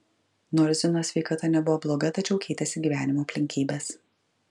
nors zinos sveikata nebuvo bloga tačiau keitėsi gyvenimo aplinkybės